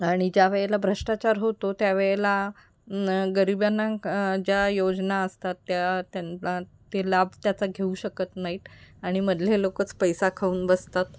आणि ज्यावेळेला भ्रष्टाचार होतो त्यावेळेला गरिबांना ज्या योजना असतात त्या त्यांना ते लाभ त्याचा घेऊ शकत नाही आहेत आणि मधले लोकंच पैसा खाऊन बसतात